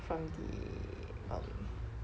from the um